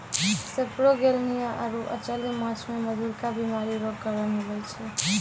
सेपरोगेलनिया आरु अचल्य माछ मे मधुरिका बीमारी रो कारण हुवै छै